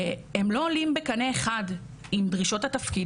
השכר והתנאים לא עולים בקנה אחד עם דרישות התפקיד